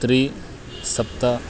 त्रि सप्त